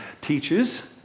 teaches